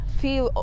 feel